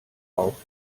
auf